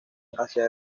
hacia